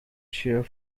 share